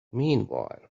meanwhile